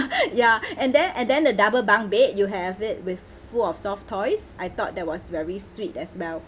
ya and then and then the double bunk bed you have it with full of soft toys I thought that was very sweet as well